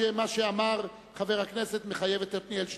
מה שאמר חבר הכנסת מחייב את חבר הכנסת עתניאל שנלר.